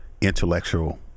intellectual